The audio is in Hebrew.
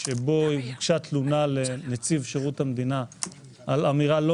הוגשה תלונה לנציב שירות המדינה על אמירה לא